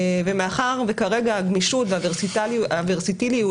ומאחר שכרגע הגמישות והוורסטיליות,